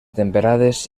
temperades